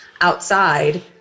outside